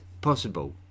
possible